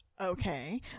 Okay